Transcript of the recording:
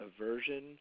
aversion